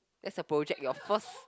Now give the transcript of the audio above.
that's a project you of course